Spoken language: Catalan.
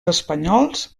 espanyols